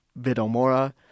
Vidomora